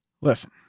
Listen